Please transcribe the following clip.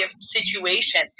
situation